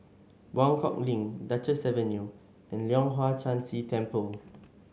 Buangkok Link Duchess Avenue and Leong Hwa Chan Si Temple